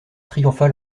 triomphal